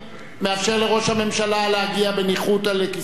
מאפשר לראש הממשלה להגיע בניחותא לכיסאו,